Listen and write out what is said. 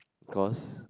cause